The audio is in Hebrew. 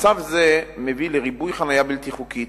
מצב זה מביא לריבוי חנייה בלתי חוקית,